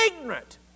ignorant